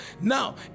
now